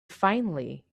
finally